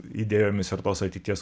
idėjomis ir tos ateities